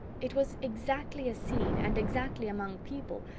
it was exactly a scene, and exactly among people,